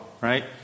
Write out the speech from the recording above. right